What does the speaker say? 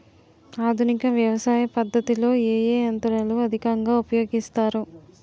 ఆధునిక వ్యవసయ పద్ధతిలో ఏ ఏ యంత్రాలు అధికంగా ఉపయోగిస్తారు?